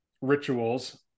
rituals